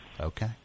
Okay